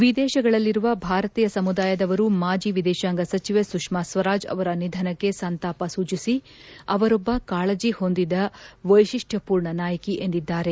ವಿದೇಶಗಳಲ್ಲಿರುವ ಭಾರತೀಯ ಸಮುದಾಯದವರು ಮಾಜಿ ವಿದೇಶಾಂಗ ಸಚಿವೆ ಸುಷ್ನಾ ಸ್ವರಾಜ್ ಅವರ ನಿಧನಕ್ಕೆ ಸಂತಾಪ ಸೂಚಿಸಿ ಅವರೊಬ್ಲ ಕಾಳಜಿ ಹೊಂದಿದ ವೈಶಿಷ್ಷರೂರ್ಣ ನಾಯಕಿ ಎಂದಿದ್ದಾರೆ